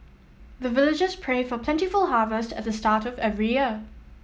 the villagers pray for plentiful harvest at the start of every year